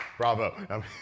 Bravo